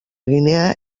guinea